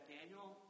Daniel